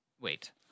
Wait